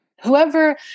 whoever